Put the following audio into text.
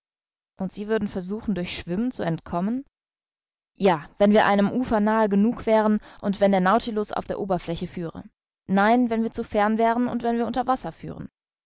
und sie würden versuchen durch schwimmen zu entkommen ja wenn wir einem ufer nahe genug wären und wenn der nautilus auf der oberfläche führe nein wenn wir zu fern wären und wenn wir unter'm wasser führen